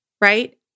right